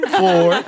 four